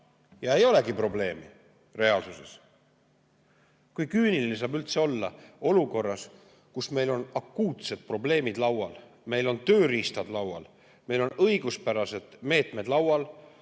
Ei olegi probleemi reaalsuses. Kui küüniline saab üldse olla olukorras, kus meil on akuutsed probleemid laual? Meil on tööriistad laual, meil on õiguspärased meetmed laual,